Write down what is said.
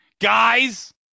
Guys